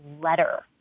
letter